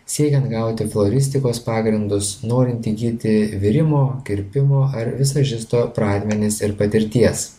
siekiant gauti floristikos pagrindus norint įgyti virimo kirpimo ar vizažisto pradmenis ir patirties